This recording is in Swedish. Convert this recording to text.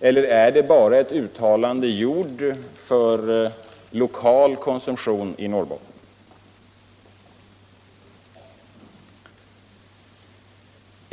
eller är det ett uttalande bara för lokal konsumtion i Norrbotten?